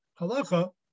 halacha